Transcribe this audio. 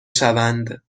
شوند